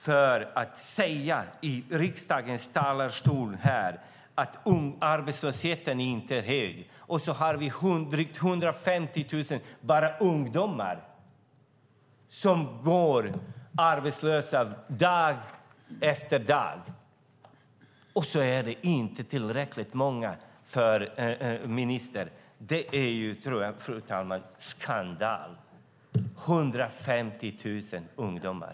Att ministern i riksdagens talarstol säger att arbetslösheten inte är hög när vi har drygt 150 000 ungdomar som går arbetslösa dag efter dag - det är inte tillräckligt många för ministern - är en skandal.